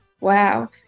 wow